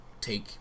take